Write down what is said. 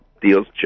deals